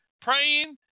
Praying